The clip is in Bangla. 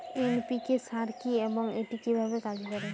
এন.পি.কে সার কি এবং এটি কিভাবে কাজ করে?